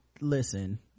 Listen